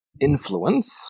influence